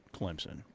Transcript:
Clemson